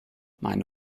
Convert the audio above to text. meine